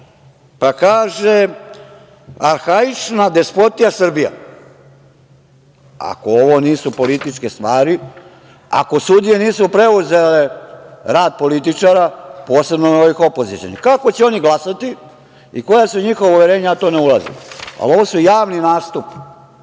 Pa kaže - arhaična despotija Srbija. Ako ovo nisu političke stvari, ako sudije nisu preuzele rad političara, posebno ovih opozicionih, kako će oni glasati i koja su njihova uverenja ja u to ne ulazim, ali ovo su javni nastupi.